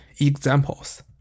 examples